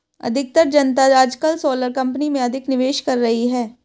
अधिकतर जनता आजकल सोलर कंपनी में अधिक निवेश कर रही है